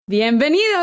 ¡Bienvenidos